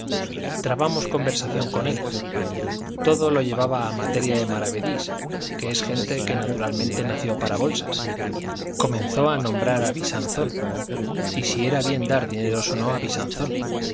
trabamos conversación con él todo lo llevaba a materia de maravedís que es gente que naturalmente nació para bolsas comenzó a nombrar a visanzón y si era bien dar dineros o no